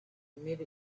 make